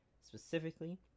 specifically